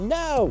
no